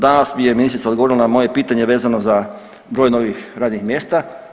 Danas mi je ministrica odgovorila na moje pitanje vezano za broj novih radnih mjesta.